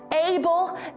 able